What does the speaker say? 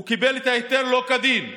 הוא קיבל את ההיתר לא כדין.